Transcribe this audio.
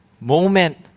moment